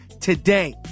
today